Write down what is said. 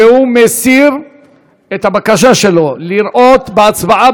שהוא מסיר את הבקשה שלו לראות בהצבעה